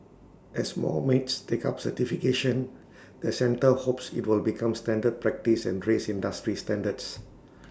as more maids take up certification the centre hopes IT will become standard practice and raise industry standards